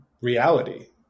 reality